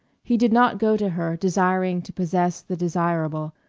he did not go to her desiring to possess the desirable,